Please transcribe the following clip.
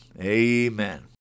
Amen